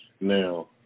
Now